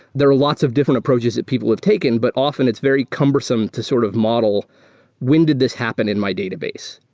there are lots of different approaches that people have taken, but often it's very cumbersome to sort of model when did this happen in my database?